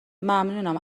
ممنونم